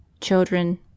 Children